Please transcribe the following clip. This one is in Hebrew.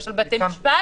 כמו למשל בתי משפט